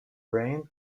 brains